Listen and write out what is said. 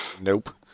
Nope